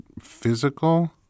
physical